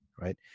right